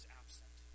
absent